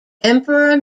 emperor